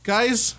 Guys